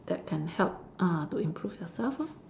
that can help ah to improve yourself lor